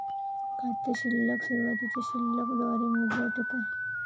खाते शिल्लक सुरुवातीच्या शिल्लक द्वारे मोजले जाते का?